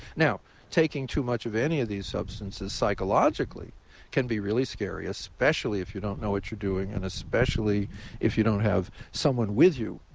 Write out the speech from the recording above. now taking too much of any of these substances psychologically can be really scary, especially if you don't know what you're doing and especially if you don't have someone with you.